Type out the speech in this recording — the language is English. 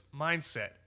mindset